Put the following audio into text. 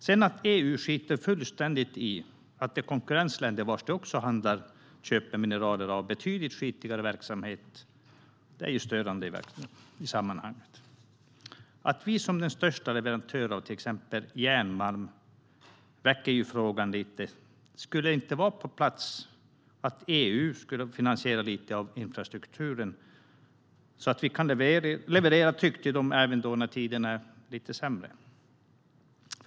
Att EU sedan skiter fullständigt i att de konkurrentländer som de också köper mineraler av har betydligt skitigare verksamhet är störande i sammanhanget. Sverige är den största leverantören av till exempel järnmalm. Det väcker frågan: Skulle det inte vara på sin plats att EU finansierar lite av infrastrukturen så att vi kan leverera tryggt till dem även när tiderna är lite sämre?